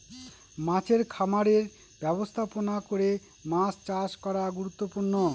মাছের খামারের ব্যবস্থাপনা করে মাছ চাষ করা গুরুত্বপূর্ণ